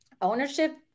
ownership